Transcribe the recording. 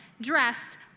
dressed